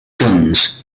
guns